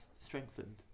strengthened